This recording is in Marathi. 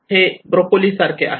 हे ब्रोकोली सारखे आहे